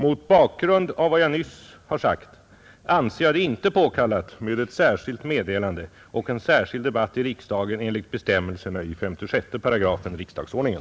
Mot bakgrunden av vad jag nyss har sagt anser jag det inte påkallat med ett särskilt meddelande och en särskild debatt i riksdagen enligt bestämmelserna i 56 § riksdagsordningen.